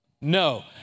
No